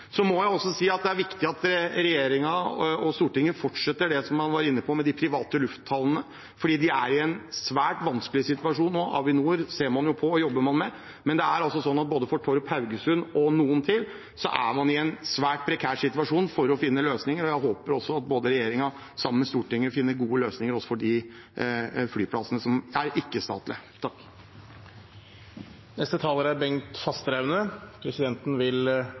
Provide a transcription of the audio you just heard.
Så må jeg også si at det er viktig at regjeringen og Stortinget fortsetter det man var inne på med de private lufthavnene, fordi de er i en svært vanskelig situasjon nå. Avinor ser man jo på og jobber med, men både Torp og Haugesund og noen til er i en svært prekær situasjon med tanke på å finne løsninger, og jeg håper at regjeringen sammen med Stortinget finner gode løsninger også for de flyplassene som er ikke-statlige. Presidenten vil